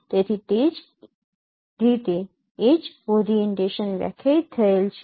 તેથી તે જ રીતે એ જ ઓરીએન્ટેશન વ્યાખ્યાયિત થયેલ છે